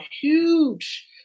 huge